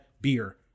beer